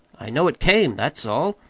i know it came, that's all.